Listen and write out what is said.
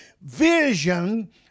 vision